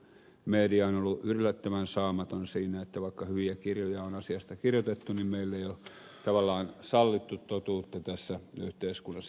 media on ollut yllättävän saamaton siinä että vaikka hyviä kirjoja on asiasta kirjoitettu niin meille ei ole tavallaan sallittu totuutta tässä yhteiskunnassa